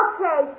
Okay